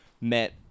met